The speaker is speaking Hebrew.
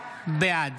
בעד